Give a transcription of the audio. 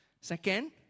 Second